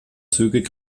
zügig